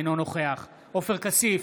אינו נוכח עופר כסיף,